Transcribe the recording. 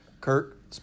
Kirk